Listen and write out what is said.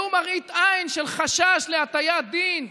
ולו מראית עין של חשש להטיית דין?